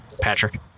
Patrick